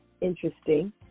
interesting